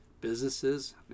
businesses